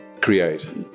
create